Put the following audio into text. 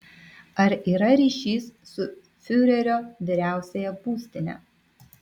ar yra ryšys su fiurerio vyriausiąja būstine